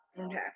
Okay